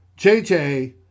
JJ